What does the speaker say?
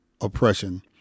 oppression